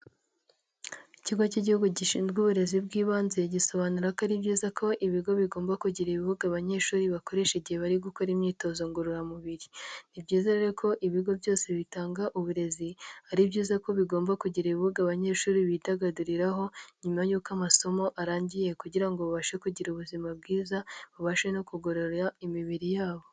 Ikigo cy'igihugu gishinzwe uburezi bw'ibanze gisobanura ko ari byiza ko ibigo bigomba kugira ibibuga abanyeshuri bakoresha igihe bari gukora imyitozo ngororamubiri ni byiza rero ko ibigo byose bitanga uburezi ari byiza ko bigomba kugira ibibuga abanyeshuri bidagaduriraho nyuma y'uko amasomo arangiye kugira ngo babashe kugira ubuzima bwiza babashe no kugororera imibiri yabo.